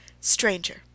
Stranger